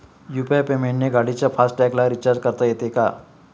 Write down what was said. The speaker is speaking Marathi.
यु.पी.आय पेमेंटने गाडीच्या फास्ट टॅगला रिर्चाज करता येते का?